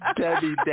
Debbie